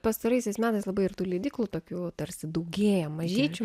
pastaraisiais metais labai ir tų leidyklų tokių tarsi daugėja mažyčių